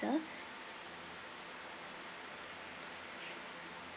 ~ir